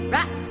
Right